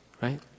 right